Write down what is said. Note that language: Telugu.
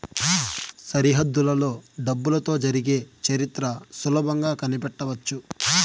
సరిహద్దులలో డబ్బులతో జరిగే చరిత్ర సులభంగా కనిపెట్టవచ్చు